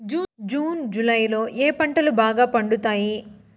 June July లో ఏ పంటలు బాగా పండుతాయా?